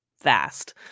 fast